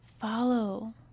follow